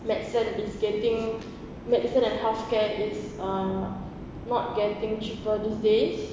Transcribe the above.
medicine is getting medicine and healthcare is ah not getting cheaper these days